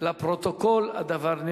פעילות בגני-הילדים